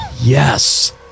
Yes